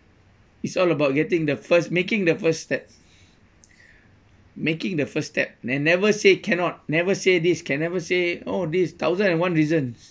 it's all about getting the first making the first step making the first step and never say cannot never say this can never say all these thousand and one reasons